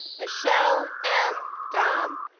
michelle m. domm